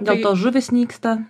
dėl to žuvys nyksta